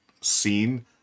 scene